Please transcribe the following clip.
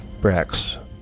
Brax